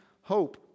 hope